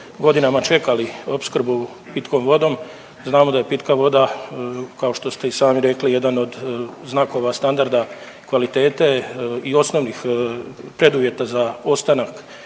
godinama čekala opskrbu pitkom vodom. Znamo da je pitka voda kao što ste i sami rekli jedan od znakova standarda kvalitete i osnovnih preduvjeta za ostanak,